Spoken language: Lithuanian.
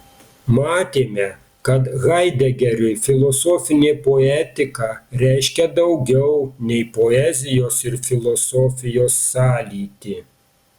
matėme kad haidegeriui filosofinė poetika reiškia daugiau nei poezijos ir filosofijos sąlytį